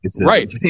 right